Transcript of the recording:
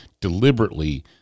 deliberately